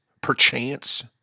perchance